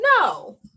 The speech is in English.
No